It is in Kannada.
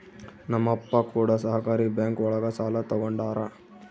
ನಮ್ ಅಪ್ಪ ಕೂಡ ಸಹಕಾರಿ ಬ್ಯಾಂಕ್ ಒಳಗ ಸಾಲ ತಗೊಂಡಾರ